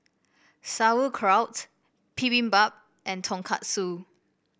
Sauerkraut Bibimbap and Tonkatsu